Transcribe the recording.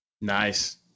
Nice